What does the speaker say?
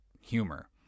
humor